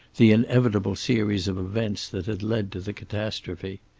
the inevitable series of events that had led to the catastrophe.